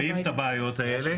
רואים את הבעיות האלה.